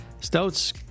Stouts